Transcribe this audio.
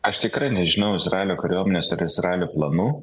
aš tikrai nežinau izraelio kariuomenės izraelio planų